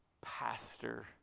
pastor